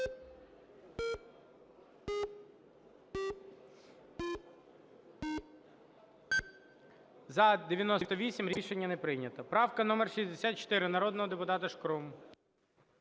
За-73 Рішення не прийнято. Правка номер 62 народного депутата Шкрум.